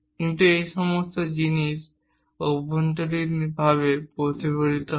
কিন্তু এই সব জিনিস অভ্যন্তরীণভাবে প্রতিফলিত হয়